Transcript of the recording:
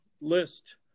list